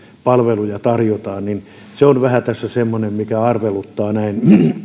palveluja tarjotaan on vähän tässä semmoinen mikä arveluttaa näin